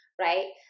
right